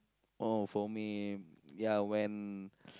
oh for me yeah when